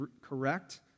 correct